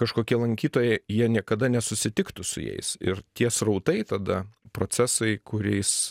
kažkokie lankytojai jie niekada nesusitiktų su jais ir tie srautai tada procesai kuriais